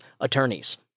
attorneys